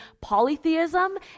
polytheism